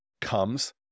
comes